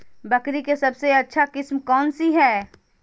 बकरी के सबसे अच्छा किस्म कौन सी है?